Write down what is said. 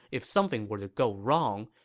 if something were to go wrong,